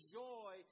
joy